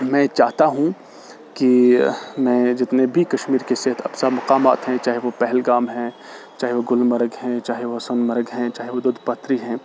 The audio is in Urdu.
میں یہ چاہتا ہوں کہ میں جتنے بھی کشمیر صحت افزا مقامات ہیں چاہے وہ پہلگام ہیں چاہے وہ گلمرگ ہیں چاہے وہ سنمرگ ہیں چاہے وہ دودھپتری ہیں